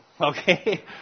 Okay